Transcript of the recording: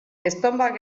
estonbak